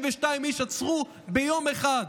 ועצרו 292 איש ביום אחד.